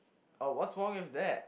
uh what's wrong with that